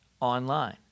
online